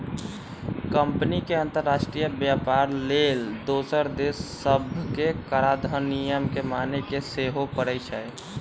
company के अंतरराष्ट्रीय व्यापार लेल दोसर देश सभके कराधान नियम के माने के सेहो परै छै